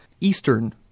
eastern